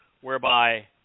whereby